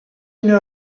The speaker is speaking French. une